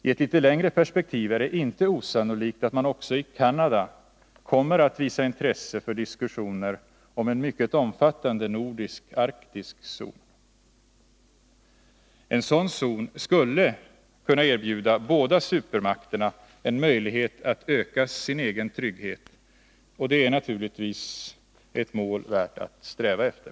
I ett litet längre perspektiv är det inte osannolikt att också Canada kommer att visa intresse för diskussioner om en mycket omfattande nordisk arktisk zon. En sådan zon skulle kunna erbjuda båda supermakterna en möjlighet att öka sin egen trygghet, och det är naturligtvis ett mål värt att sträva efter.